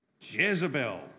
Jezebel